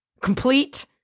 complete